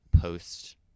post